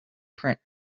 print